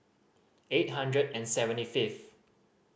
eight hundred and seventy fifth